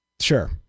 sure